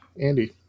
Andy